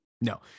No